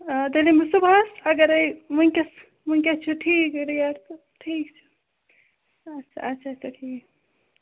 آ تیٚلہِ یِمہٕ بہٕ صُبحس اَگرَے وُنکٮ۪س وُنکٮ۪س چھِ ٹھیٖک ریٹ تہٕ ٹھیٖک چھُ اَچھا اَچھا اَچھا ٹھیٖک